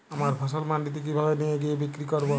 আমার ফসল মান্ডিতে কিভাবে নিয়ে গিয়ে বিক্রি করব?